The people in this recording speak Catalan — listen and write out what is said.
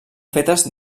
fetes